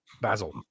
basil